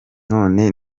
none